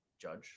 judge